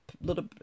little